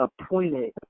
appointed